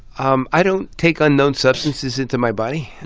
um i don't take unknown substances into my body.